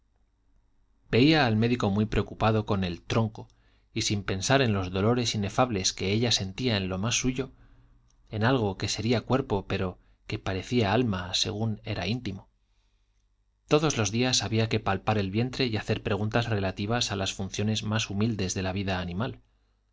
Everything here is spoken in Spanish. veía al médico muy preocupado con el tronco y sin pensar en los dolores inefables que ella sentía en lo más suyo en algo que sería cuerpo pero que parecía alma según era íntimo todos los días había que palpar el vientre y hacer preguntas relativas a las funciones más humildes de la vida animal